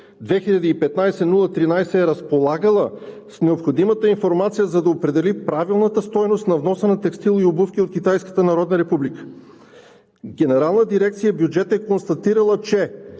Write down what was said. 2015/013, е разполагала с необходимата информация, за да определи правилната стойност на вноса на текстил и обувки от Китайската народна република. Генерална дирекция „Бюджет“ е констатирала, че